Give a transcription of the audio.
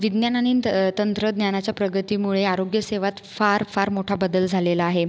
विज्ञान आणि तं तंत्रज्ञानाच्या प्रगतीमुळे आरोग्यसेवांत फार फार मोठा बदल झालेला आहे